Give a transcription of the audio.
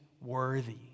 worthy